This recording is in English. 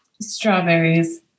strawberries